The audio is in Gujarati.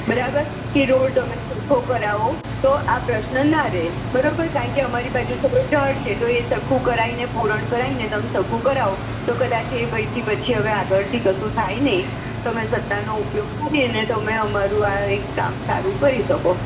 બરાબર કે રોડ તમે સરખો કરાવો તો આ પ્રશ્નના રે બરોબર કારણ કે અમારી બાજુ તો ઢાળ છે તો એ સરખું કરાય ને પુરણ કરાય ને તમ સરખું કરાવો તો કદાચ એ ભયથી પછી આગળથી કશું થાય નય તમે સત્તાનો ઉપયોગ કરીને તમે અમારું આ એક કામ સારું કરી શકો